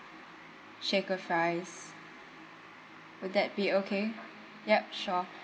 shaker fries would that be okay yup sure